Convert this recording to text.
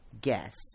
guess